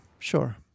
Sure